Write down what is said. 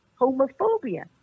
homophobia